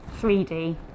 3D